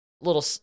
little